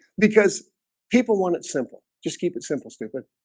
because people want it simple just keep it simple stupid.